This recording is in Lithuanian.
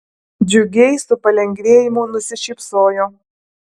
džiugiai su palengvėjimu nusišypsojo